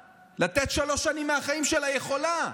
לתת שלוש שנים מהחיים שלה היא יכולה,